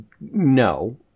no